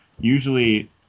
usually